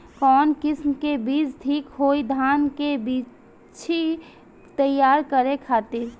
कवन किस्म के बीज ठीक होई धान के बिछी तैयार करे खातिर?